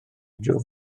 unrhyw